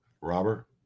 Robert